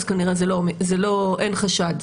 אז כנראה אין חשד.